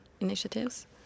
initiatives